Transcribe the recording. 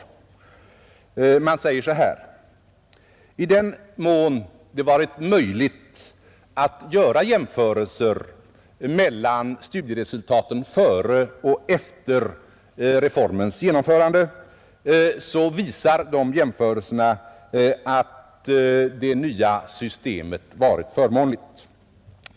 Kanslersämbetet skriver ungefär så här: Men i den mån det varit möjligt att göra jämförelser tycks de utfalla till det nya systemets förmån.